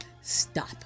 Stop